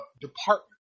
department